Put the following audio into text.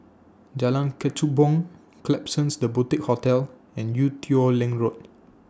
Jalan Kechubong Klapsons The Boutique Hotel and Ee Teow Leng Road